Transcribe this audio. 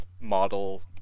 model